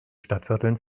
stadtvierteln